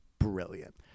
brilliant